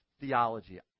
theology